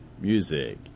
Music